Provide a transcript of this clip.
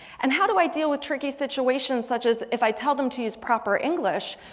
and how do i deal with tricky situations such as, if i tell them to use proper english.